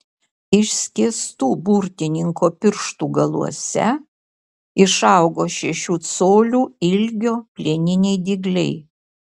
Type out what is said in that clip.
išskėstų burtininko pirštų galuose išaugo šešių colių ilgio plieniniai dygliai